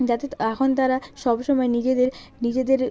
যাতে এখন তারা সব সময় নিজেদের নিজেদের